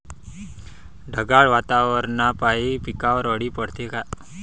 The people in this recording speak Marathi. ढगाळ वातावरनापाई पिकावर अळी पडते का?